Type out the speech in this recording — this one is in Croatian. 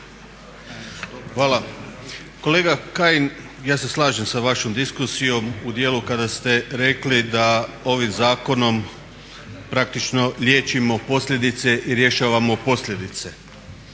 Hvala. Kolega Kajin, ja se slažem sa vašom diskusijom u dijelu kada ste rekli da ovim zakonom praktično liječimo posljedice i rješavamo posljedice,